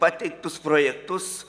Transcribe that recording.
pateiktus projektus